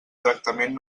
tractament